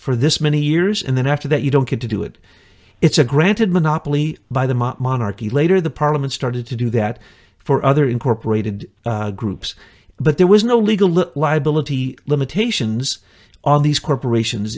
for this many years and then after that you don't get to do it it's a granted monopoly by the monarchy later the parliament started to do that for other incorporated groups but there was no legal liability limitations on these